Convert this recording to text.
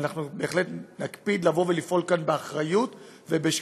ואנחנו בהחלט נקפיד לפעול כאן באחריות ובשקיפות,